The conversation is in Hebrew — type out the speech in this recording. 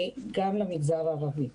גם למגזר הערבי.